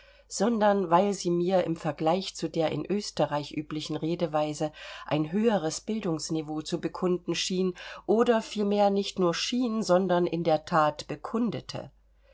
sondern weil sie mir im vergleich zu der in österreich üblichen redeweise ein höheres bildungsniveau zu bekunden schien oder vielmehr nicht nur schien sondern in der that bekundete